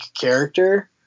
character